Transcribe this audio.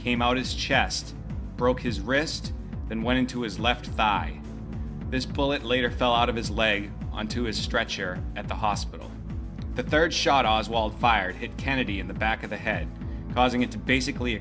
came out his chest broke his wrist and went into his left thigh this bullet later fell out of his leg onto a stretcher at the hospital the third shot oswald fired cannady in the back of the head causing it to basically